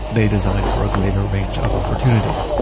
they designed for a greater range of opportunity.